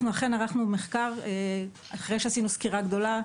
אנחנו ערכנו מחקר אחרי שעשינו סקירה גדולה,